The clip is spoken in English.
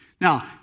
Now